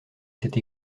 cette